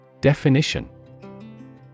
Definition